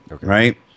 right